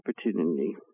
opportunity